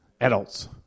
Adults